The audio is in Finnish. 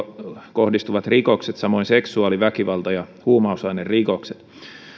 kohdistuvat rikokset samoin seksuaali väkivalta ja huumausainerikokset